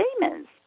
demons